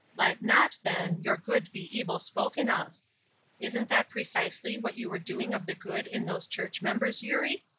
let not, then, your good be evil spoken of isn't that precisely what you were doing of the good in those church-members, eurie?